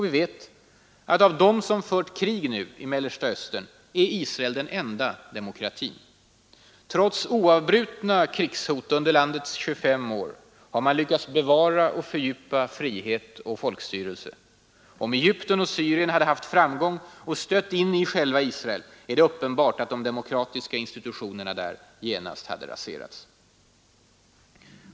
Vi vet att av dem som fört krig nu i Mellersta Östern är Israel den enda demokratin. Trots oavbrutna krigshot under landets 25 år har man lyckats bevara och fördjupa frihet och folkstyrelse. Om Egypten och Syrien hade haft framgång och stött in i själva Israel är det uppenbart att de demokratiska institutionerna där genast hade raserats.